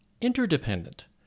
interdependent